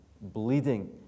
bleeding